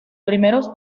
primeros